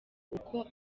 uko